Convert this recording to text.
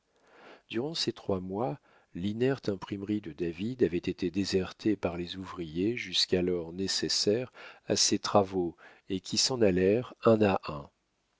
durant ces trois mois l'inerte imprimerie de david avait été désertée par les ouvriers jusqu'alors nécessaires à ses travaux et qui s'en allèrent un à un